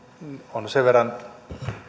on sen verran